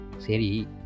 Seri